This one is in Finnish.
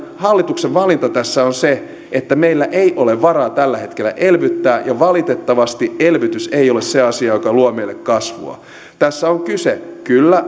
totesin hallituksen valinta tässä on se että meillä ei ole varaa tällä hetkellä elvyttää ja valitettavasti elvytys ei ole se asia joka luo meille kasvua tässä on kyse kyllä